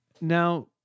Now